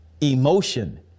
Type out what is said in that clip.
emotion